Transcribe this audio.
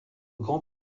grand